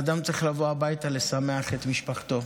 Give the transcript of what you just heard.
אדם צריך לבוא הביתה, לשמח את משפחתו.